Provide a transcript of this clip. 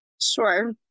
Sure